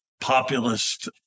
Populist